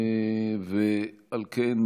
ועל כן,